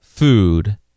food